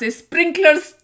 sprinklers